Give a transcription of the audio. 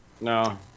No